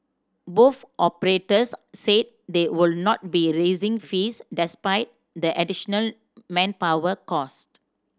both operators said they would not be raising fees despite the additional manpower costs